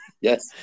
Yes